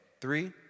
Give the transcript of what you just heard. three